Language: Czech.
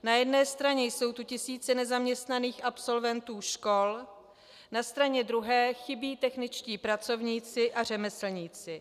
Na jedné straně jsou tu tisíce nezaměstnaných absolventů škol, na straně druhé chybí techničtí pracovníci a řemeslníci.